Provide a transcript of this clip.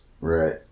Right